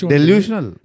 Delusional